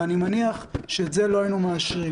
אני מניח שאת זה לא היינו מאשרים.